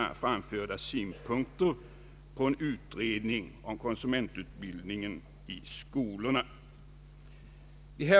Samlade lösningar har saknats.